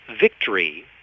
victory